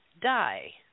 die